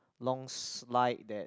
long's slight that